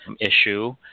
issue